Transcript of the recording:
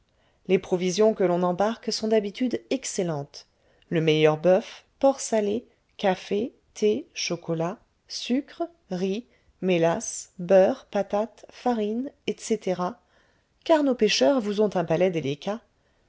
les provisions que l'on embarque sont d'habitude excellentes le meilleur boeuf porc salé café thé chocolat sucre riz mélasse beurre patates farine etc car nos pêcheurs vous ont un palais délicat